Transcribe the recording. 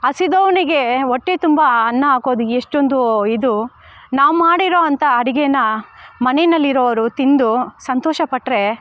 ಹಸಿದವನಿಗೆ ಹೊಟ್ಟೆ ತುಂಬ ಅನ್ನ ಹಾಕೋದು ಎಷ್ಟೊಂದು ಇದು ನಾವು ಮಾಡಿರೋಂಥ ಅಡುಗೇನ ಮನೆಯಲ್ಲಿರೋರು ತಿಂದು ಸಂತೋಷಪಟ್ರೆ